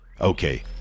Okay